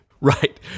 Right